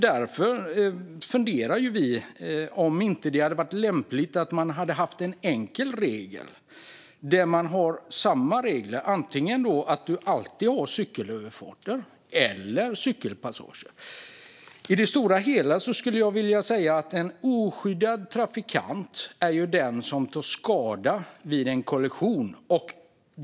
Vi funderar på om det inte hade varit lämpligt att ha en enkel regel, där man har antingen cykelöverfarter eller cykelpassager. I det stora hela skulle jag vilja säga att en oskyddad trafikant är den som tar skada vid en kollision.